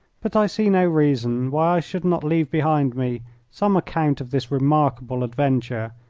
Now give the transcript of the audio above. but i see no reason why i should not leave behind me some account of this remarkable adventure,